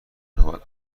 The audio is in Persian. نوبت